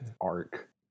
arc